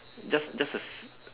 just just a